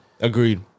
Agreed